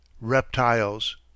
Reptiles